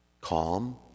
calm